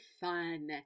fun